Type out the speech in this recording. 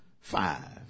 five